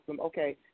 Okay